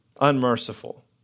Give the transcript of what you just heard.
unmerciful